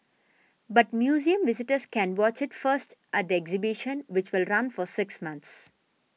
but museum visitors can watch it first at the exhibition which will run for six months